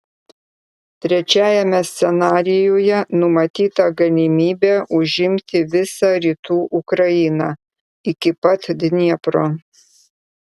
trečiajame scenarijuje numatyta galimybė užimti visą rytų ukrainą iki pat dniepro